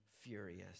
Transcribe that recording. furious